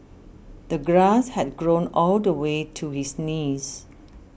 the grass had grown all the way to his knees